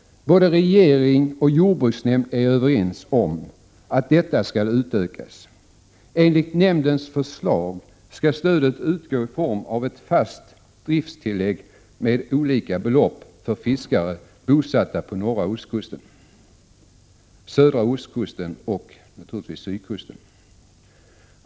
Både regering och jordbruksnämnd är överens om att detta skall utökas. Enligt nämndens förslag skall stödet utgå i form av ett fast driftstillägg med olika belopp för fiskare bosatta på norra ostkusten, södra ostkusten och sydkusten.